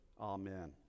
Amen